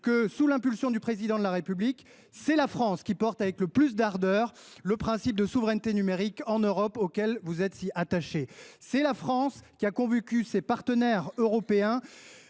sous l’impulsion du Président de la République, c’est la France qui porte avec le plus d’ardeur le principe de souveraineté numérique en Europe, auquel vous êtes si attachée. C’est la France qui a convaincu ses partenaires européens